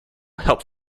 help